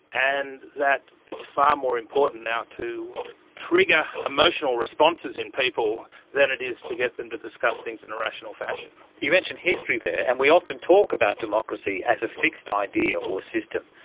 and that it's far more important now to trigger emotional responses in people than it is to get them to discuss things in a rational fashion. you mention history there and we often talk about democracy as a fixed idea or system,